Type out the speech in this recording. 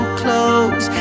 close